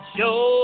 Show